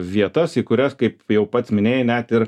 vietas į kurias kaip jau pats minėjai net ir